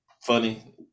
funny